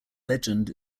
legend